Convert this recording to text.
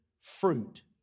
fruit